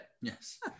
Yes